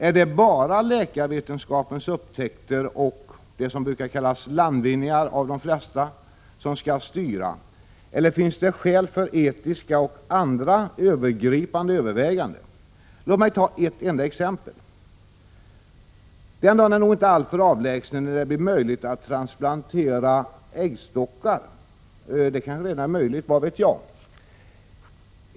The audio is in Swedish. Är det bara läkarvetenskapens upptäckter och det som av de flesta brukar kallas landvinningar som skall styra, eller finns det skäl för etiska och andra övergripande överväganden? Låt mig ta ett exempel. Den dagen är nog inte allför avlägsen då det blir möjligt att transplantera äggstockar — det kanske redan är möjligt, vad vet jag.